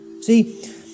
See